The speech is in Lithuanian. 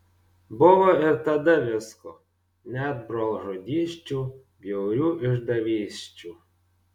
buvo ir tada visko net brolžudysčių bjaurių išdavysčių